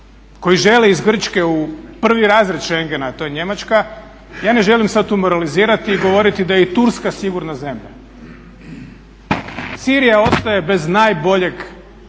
koji žele iz Grčke u prvi razred Schengena a to je Njemačka, ja ne želim sad tu moralizirati i govoriti da je i Turska sigurna zemlja. Sirija ostaje bez najboljeg